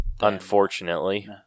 Unfortunately